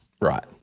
Right